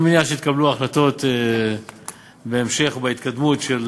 אני מניח שיתקבלו החלטות בהמשך ובהתקדמות של